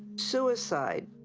suicide,